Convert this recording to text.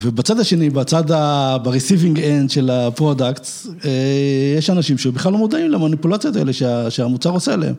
ובצד השני, בצד ה... ב-receiving end של הפרודקטס, יש אנשים שבכלל לא מודעים למניפולציות האלה שהמוצר עושה עליהם